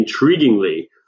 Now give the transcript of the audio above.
intriguingly